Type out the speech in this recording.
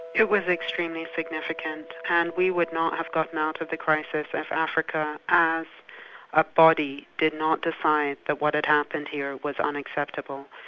it was extremely significant and we would not have gotten of the crisis as africa as a body did not decide that what had happened here was unacceptable.